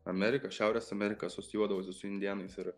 amerika šiaurės ameriką asocijuodavosi su indėnais ir